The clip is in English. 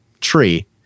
tree